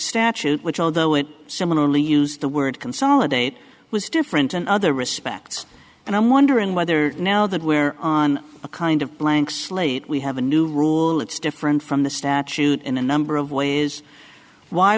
statute which although it similarly used the word consolidate was different in other respects and i'm wondering whether now that we're on a kind of blank slate we have a new rule it's different from the statute in a number of ways why